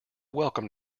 welcome